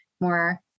more